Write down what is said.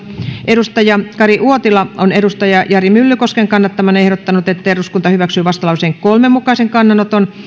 kari uotila on jari myllykosken kannattamana ehdottanut että eduskunta hyväksyy vastalauseen kolmen mukaisen kannanoton